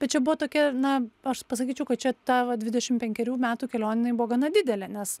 bet čia buvo tokia na aš pasakyčiau kad čia ta va dvidešim penkerių metų kelionė jinai buvo gana didelė nes